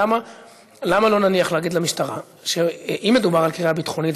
למה לא להגיד למשטרה: אם מדובר על קריאה ביטחונית,